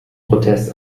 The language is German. protest